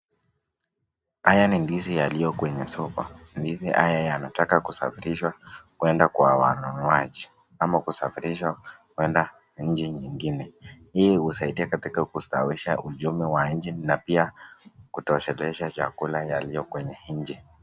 Haya ni ndizi yaliyo kwenye soko. Ndizi haya yanataka kusafirishwa kwenda kwa wanunuaji ama kusafishwa kwenda nchi ingine. Hii usaidia katika kuzawisha uchumi wa nchi na pia kutoshelesha chakula yaliyo kwenye nchi.